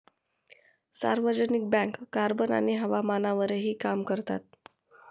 सार्वजनिक bank carbon आणि हवामानावरही काम करतात